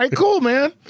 um cool, man.